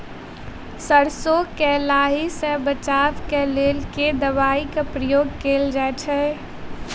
सैरसो केँ लाही सऽ बचाब केँ लेल केँ दवाई केँ प्रयोग कैल जाएँ छैय?